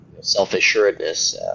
self-assuredness